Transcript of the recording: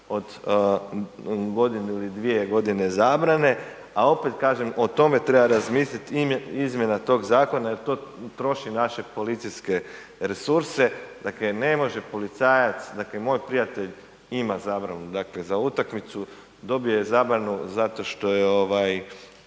od godinu ili dvije godine zabrane a opet kažem, o tome treba razmisliti, izmjena tog zakona jer to troši naše policijske resurse, dakle ne može policajac, dakle moj prijatelj ima zabranu za utakmicu, dobije zabranu zato što je imao